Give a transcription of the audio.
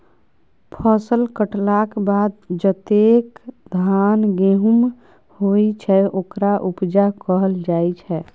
फसल कटलाक बाद जतेक धान गहुम होइ छै ओकरा उपजा कहल जाइ छै